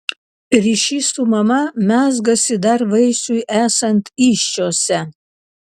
ryšys su mama mezgasi dar vaisiui esant įsčiose